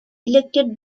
elected